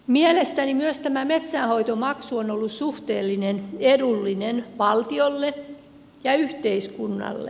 mielestäni myös tämä metsänhoitomaksu on ollut suhteellisen edullinen valtiolle ja yhteiskunnalle